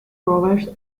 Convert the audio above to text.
rovers